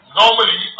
normally